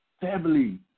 family